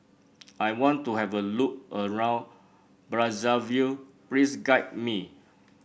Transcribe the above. I want to have a look around Brazzaville please guide me